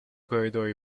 corridori